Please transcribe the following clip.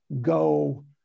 Go